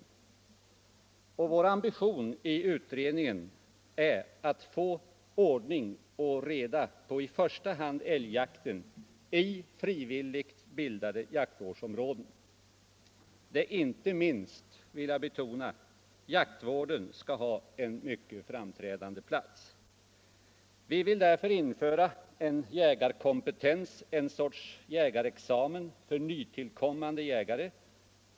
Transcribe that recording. Vår ambition i utredningen är att få ordning och reda på i första hand älgjakten i frivilligt bildade jaktvårdsområden, där inte minst — det vill jag betona — jaktvården skall ha en mycket framträdande plats. Vi vill därför införa en jägarkompetens, en sorts jägarexamen, för nytillkommande jägare.